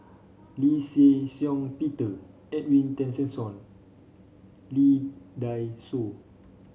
Lee Shih Shiong Peter Edwin Tessensohn Lee Dai Soh